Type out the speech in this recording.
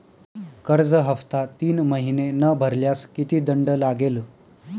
कर्ज हफ्ता तीन महिने न भरल्यास किती दंड लागेल?